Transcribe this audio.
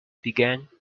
began